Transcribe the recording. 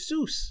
Seuss